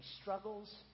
struggles